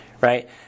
Right